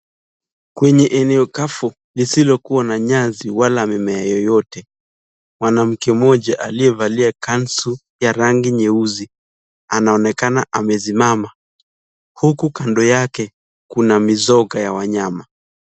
Kwenye eneo kavu lisilokuwa na nyasi wala mimea yoyote mwanamke mmoja aliyevalia kanzu ya rangi nyeusi anaonekana amesimama huku kando yake kuna mizoga ya wanyama.